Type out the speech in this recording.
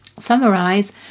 summarize